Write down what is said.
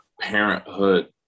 parenthood